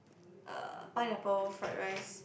uh pineapple fried rice